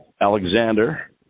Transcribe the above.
Alexander